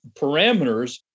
parameters